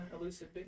elusive